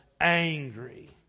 angry